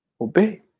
Obey